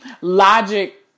logic